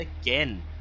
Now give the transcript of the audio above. again